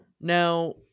Now